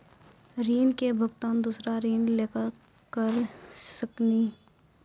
ऋण के भुगतान दूसरा ऋण लेके करऽ सकनी?